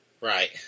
Right